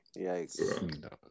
yikes